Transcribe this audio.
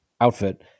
outfit